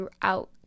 throughout